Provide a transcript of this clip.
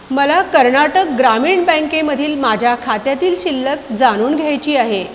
मला कर्नाटक ग्रामीण बँकेमधील माझ्या खात्यातील शिल्लक जाणून घ्यायची आहे